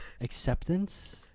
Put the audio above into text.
Acceptance